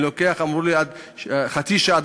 אמרו לי שלוקח חצי שעה,